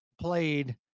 played